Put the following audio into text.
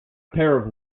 pair